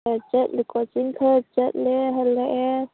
ꯆꯠꯂꯦ ꯀꯣꯆꯤꯡ ꯈꯔ ꯆꯠꯂꯦ ꯍꯜꯂꯛꯑꯦ